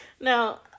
Now